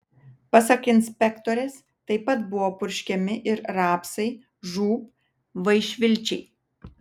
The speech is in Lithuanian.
pasak inspektorės taip pat buvo purškiami ir rapsai žūb vaišvilčiai